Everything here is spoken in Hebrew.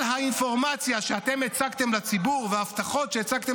כל האינפורמציה שאתם הצגתם לציבור וההבטחות שאתם הצגתם